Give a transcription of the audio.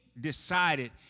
decided